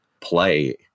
play